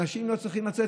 אנשים לא צריכים לצאת,